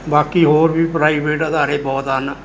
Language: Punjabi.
ਬਾਕੀ ਹੋਰ ਵੀ ਪ੍ਰਾਈਵੇਟ ਅਦਾਰੇ ਬਹੁਤ ਹਨ